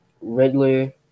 Riddler